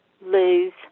lose